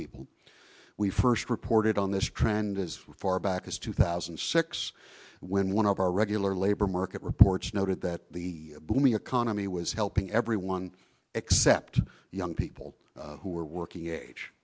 people we first reported on this trend as far back as two thousand and six when one of our regular labor market reports noted that the booming economy was helping everyone except young people who were working age